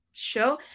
show